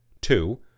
Two